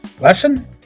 Lesson